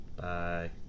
Bye